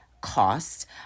cost